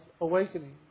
awakening